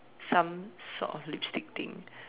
some sort of lipstick thing